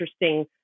interesting